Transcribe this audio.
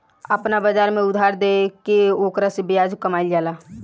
आपना बाजार में उधार देके ओकरा से ब्याज कामईल जाला